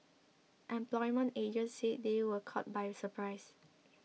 employment agents said they were caught by surprise